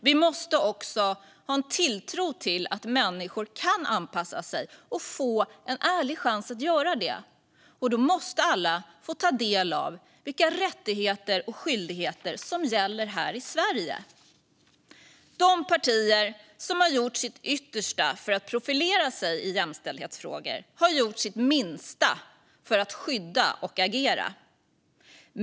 Vi måste också ha en tilltro till att människor kan anpassa sig och ge människor en ärlig chans att göra det. Då måste alla få ta del av vilka rättigheter och skyldigheter som gäller här i Sverige. De partier som har gjort sitt yttersta för att profilera sig i jämställdhetsfrågor har gjort sitt minsta för att skydda och agera.